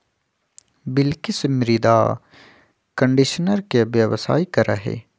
बिलकिश मृदा कंडीशनर के व्यवसाय करा हई